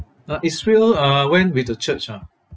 ah israel uh went with the church ah